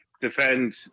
defend